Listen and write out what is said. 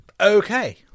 Okay